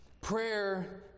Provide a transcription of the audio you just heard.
prayer